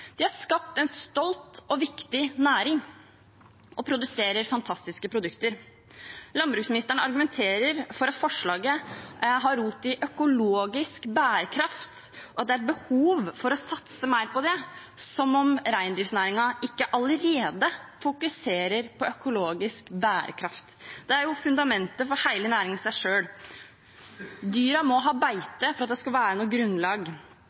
De har skapt en stolt og viktig næring og produserer fantastiske produkter. Landbruksministeren argumenterer for at forslaget har rot i økologisk bærekraft, at det er behov for å satse mer på det, som om reindriftsnæringen ikke allerede fokuserer på økologisk bærekraft. Det er jo fundamentet for hele næringen i seg selv. Dyrene må ha beite for at det skal være noe grunnlag,